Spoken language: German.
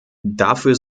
dafür